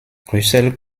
russel